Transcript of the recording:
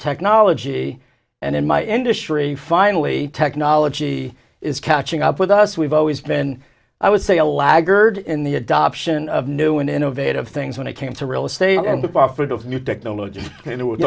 technology and in my industry finally technology is catching up with us we've always been i would say a laggard in the adoption of new and innovative things when it came to real estate and the profit of new technologies you